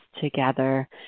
together